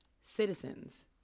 citizens